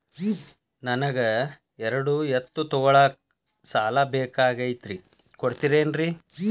ನನಗ ಎರಡು ಎತ್ತು ತಗೋಳಾಕ್ ಸಾಲಾ ಬೇಕಾಗೈತ್ರಿ ಕೊಡ್ತಿರೇನ್ರಿ?